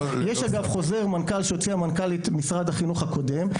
יש אגב חוזר מנכ"ל שהוציאה מנכ"לית משרד החינוך הקודם,